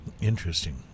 Interesting